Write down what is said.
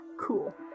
cool